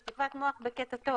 שטיפת מוח בקטע טוב,